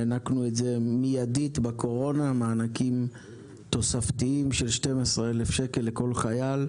והענקנו את זה מידית בקורונה מענקים תוספתיים של 12,000 שקל לכל חייל.